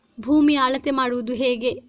ಭೂಮಿಯ ಅಳತೆ ಮಾಡುವುದು ಹೇಗೆ?